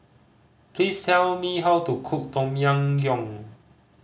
please tell me how to cook Tom Yam Goong